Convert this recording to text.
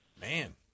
Man